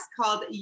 called